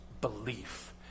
belief